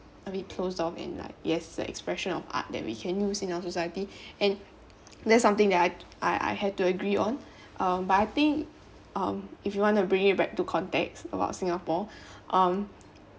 a bit closed off in like yes the expression of art that we can use in our society and that's something that I I had to agree on um but I think um if you want to bring it back to context about singapore um